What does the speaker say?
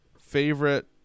favorite